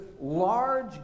large